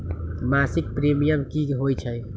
मासिक प्रीमियम की होई छई?